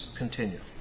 continue